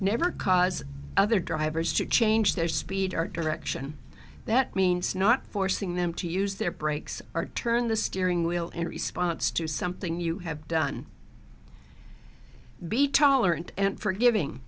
never cause other drivers to change their speed our direction that means not forcing them to use their brakes or turn the steering wheel in response to something you have done be tolerant and forgiving